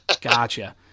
Gotcha